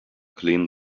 clean